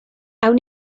awn